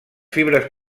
fibres